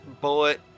bullet